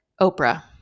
Oprah